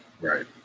right